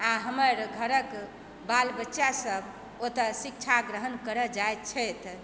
आ हमर घरक बाल बच्चासभ ओतए शिक्षा ग्रहण करऽ जाइत छथि